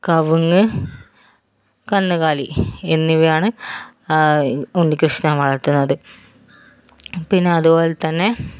കവുങ്ങ് കന്നുകാലി എന്നിവയാണ് ഉണ്ണികൃഷ്ണൻ വളർത്തുന്നത് പിന്നെ അതുപോലെ തന്നെ